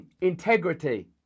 integrity